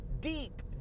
deep